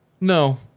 No